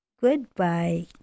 Goodbye